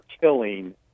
killing